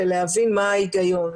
להבין מה ההיגיון,